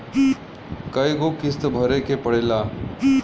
कय गो किस्त भरे के पड़ेला?